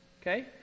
okay